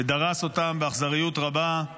ודרס אותם באכזריות רבה.